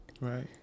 Right